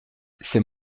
c’est